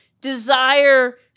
desire